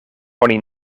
oni